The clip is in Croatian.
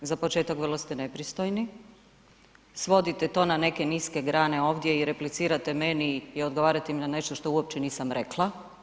Za početak vrlo ste nepristojni, svodite to na neke niske grane ovdje i replicirate meni i odgovarate mi na nešto što uopće nisam rekla.